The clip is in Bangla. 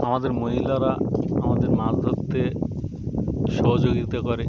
আমাদের মহিলারা আমাদের মাছ ধরতে সহযোগিত করে